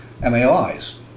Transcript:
MAOIs